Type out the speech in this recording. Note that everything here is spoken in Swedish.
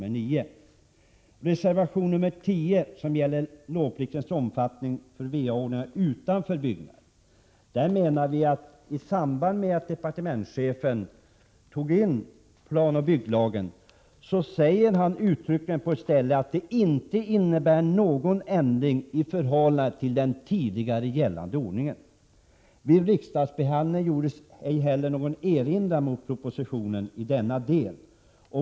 Beträffande reservation 10, som gäller lovpliktens omfattning för vaanordningar utanför byggnad, menar vi att departementschefen i samband med sin proposition om planoch bygglagen uttryckligen framhöll att det inte innebär någon ändring i förhållande till den tidigare gällande ordningen. Vid riksdagsbehandlingen gjordes ej heller någon erinran mot propositionen i denna del.